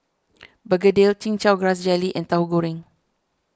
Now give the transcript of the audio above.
Begedil Chin Chow Grass Jelly and Tauhu Goreng